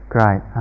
Great